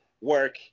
work